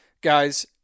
guys